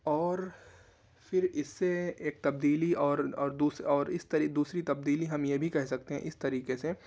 اور پھر اس سے ایک تبدیلی اور دوسری تبدیلی ہم یہ بھی کہہ سکتے ہیں اس طریقے سے